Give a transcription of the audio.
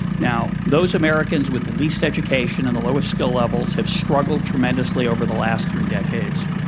now, those americans with the least education and the lowest skill levels have struggled tremendously over the last three decades.